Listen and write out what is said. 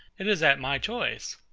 it is at my choice.